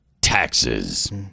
Taxes